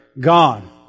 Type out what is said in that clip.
gone